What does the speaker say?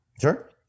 Sure